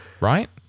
right